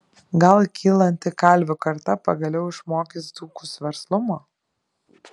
gal kylanti kalvių karta pagaliau išmokys dzūkus verslumo